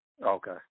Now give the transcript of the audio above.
Okay